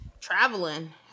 traveling